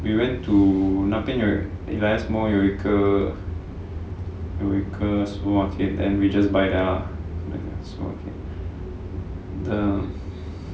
we went to 那边有 very small 有一个有一个 supermarket then we just buy there lah supermarket